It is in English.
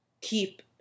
keep